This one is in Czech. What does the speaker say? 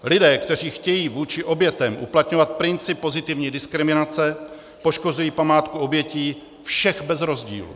Lidé, kteří chtějí vůči obětem uplatňovat princip pozitivní diskriminace, poškozují památku obětí všech bez rozdílu.